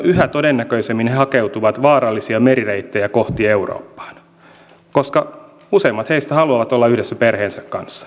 yhä todennäköisemmin he hakeutuvat vaarallisia merireittejä kohti eurooppaa koska useimmat heistä haluavat olla yhdessä perheensä kanssa